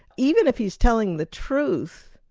even if he's telling the truth,